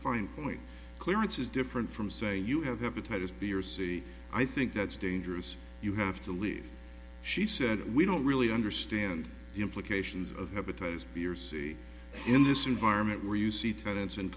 fine point clearance is different from say you have hepatitis b or c i think that's dangerous you have to leave she said we don't really understand the implications of hepatitis b or c in this environment where you see tenants and